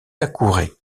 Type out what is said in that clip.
accourait